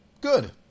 good